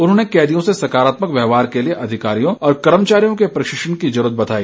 उन्होंने कैदियों से सकारात्मक व्यवहार के लिए अधिकारियों और कर्मचारियों के प्रशिक्षण की जरूरत बताई